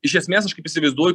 iš esmės aš kaip įsivaizduoju